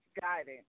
guidance